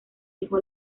dejó